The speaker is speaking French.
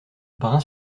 brin